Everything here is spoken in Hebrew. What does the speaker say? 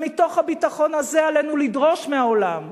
ומתוך הביטחון הזה עלינו לדרוש מהעולם